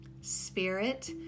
Spirit